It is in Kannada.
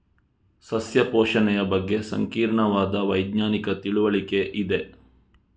ಸಸ್ಯ ಪೋಷಣೆಯ ಬಗ್ಗೆ ಸಂಕೀರ್ಣವಾದ ವೈಜ್ಞಾನಿಕ ತಿಳುವಳಿಕೆ ಇದೆ